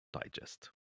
Digest